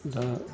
दा